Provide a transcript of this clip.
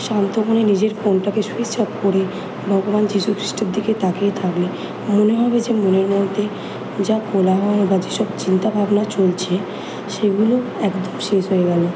শান্ত মনে নিজের ফোনটাকে সুইচ অফ করে ভগবান যিশু খ্রিস্টের দিকে তাকিয়ে থাকলে মনে হবে যে মনের মধ্যে যা কোলাহল বা যেসব চিন্তা ভাবনা চলছে সেগুলো একদম শেষ হয়ে গেল